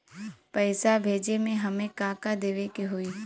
पैसा भेजे में हमे का का देवे के होई?